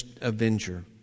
avenger